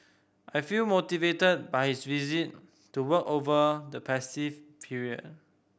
I feel motivated by his visit to work over the festive period